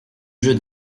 jeu